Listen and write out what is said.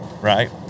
Right